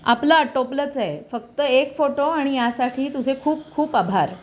आपलं आटोपलंच आहे फक्त एक फोटो आणि यासाठी तुझे खूप खूप आभार